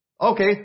Okay